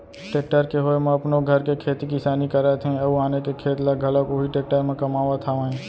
tractor के होय म अपनो घर के खेती किसानी करत हें अउ आने के खेत ल घलौ उही टेक्टर म कमावत हावयँ